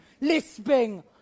Lisping